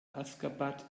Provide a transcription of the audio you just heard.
aşgabat